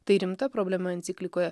tai rimta problema enciklikoje